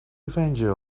avenger